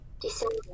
December